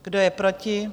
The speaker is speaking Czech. Kdo je proti?